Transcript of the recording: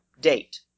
date